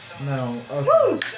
No